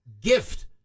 gift